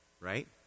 right